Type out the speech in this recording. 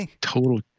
Total